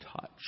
touch